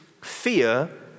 fear